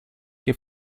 che